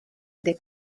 des